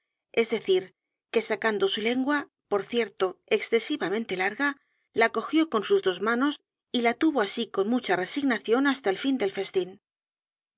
es decir que sacando su lengua por cierto excesivamente larga la cogió con sus dos manos y la tuvo así con mucha resignación hasta el fin del festín